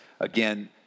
again